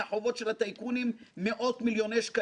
מהחובות של טייקונים מאות מיליוני ש"ח: